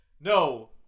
No